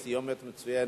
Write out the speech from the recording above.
סיומת מצוינת.